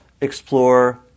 explore